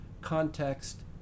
context